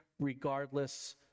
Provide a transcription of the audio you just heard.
regardless